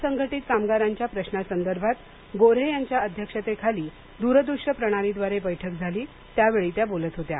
असंघटित कामगारांच्या प्रश्नासंदर्भात गो हे यांच्या अध्यक्षतेखाली द्रदूश्य प्रणालीद्वारे बैठक झाली त्यावेळी त्या बोलत होत्या